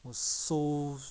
was so